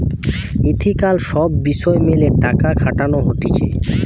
ethical সব বিষয় মেলে টাকা খাটানো হতিছে